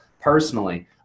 personally